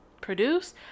produce